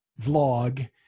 vlog